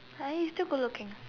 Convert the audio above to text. uh he still good looking